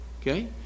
Okay